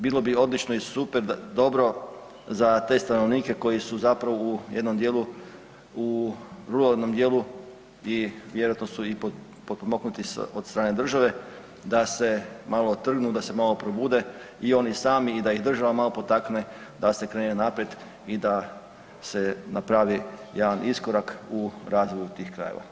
Bilo bi odlično i super dobro za te stanovnike koji su zapravo u jednom dijelu u ruralnom dijelu i vjerojatno su potpomognuti od strane države da se malo trgnu, da se malo probude i oni sami i da ih država malo potakne da se krene naprijed i da se napravi jedan iskorak u razvoju tih krajeva.